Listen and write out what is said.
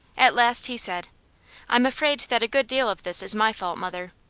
at last he said i'm afraid that a good deal of this is my fault, mother.